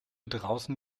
draußen